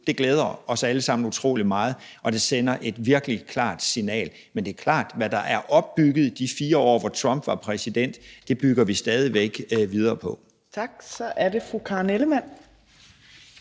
ud, glæder os alle sammen utrolig meget, og det sender et virkelig klart signal, men det er klart, at hvad der er opbygget i de 4 år, hvor Trump var præsident, bygger vi stadig væk videre på. Kl. 15:00 Fjerde næstformand